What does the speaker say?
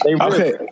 Okay